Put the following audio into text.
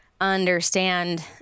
understand